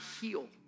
heal